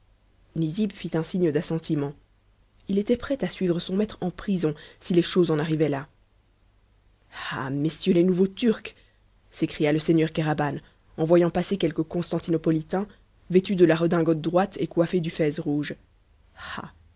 nizib fit un signe d'assentiment il était prêt à suivre son maître en prison si les choses en arrivaient la ah messieurs les nouveaux turcs s'écria le seigneur kéraban en voyant passer quelques constantinopolitains vêtus de la redingote droite et coiffés du fez rouge